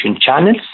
channels